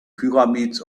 pyramids